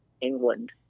england